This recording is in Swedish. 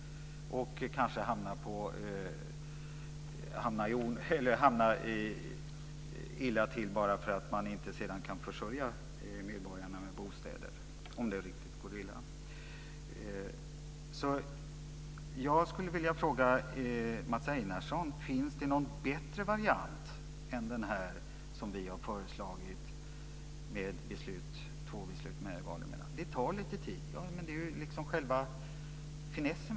Man kanske hamnar illa till bara för att man sedan inte kan försörja medborgarna med bostäder. Så kan det bli om det går riktigt illa. Så jag skulle vilja fråga Mats Einarsson: Finns det någon bättre variant än den som vi har förslagit med två beslut med val mellan? Det tar lite tid. Men det är ju liksom själva finessen.